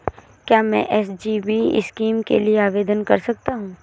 क्या मैं SGB scheme के लिए आवेदन कर सकता हूँ?